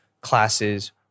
classes